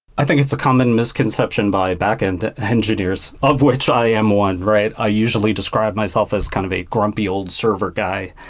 i think it's a common misconception by backend engineers, of which i am one, right? i usually describe myself as kind of a grumpy old server guy.